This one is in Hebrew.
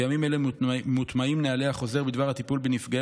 בימים אלו מוטמעים נהלי החוזר בדבר הטיפול בנפגעי